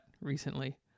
recently